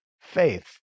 faith